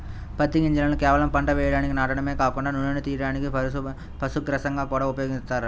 పత్తి గింజలను కేవలం పంట వేయడానికి నాటడమే కాకుండా నూనెను తియ్యడానికి, పశుగ్రాసంగా గూడా ఉపయోగిత్తన్నారు